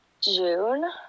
June